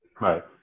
Right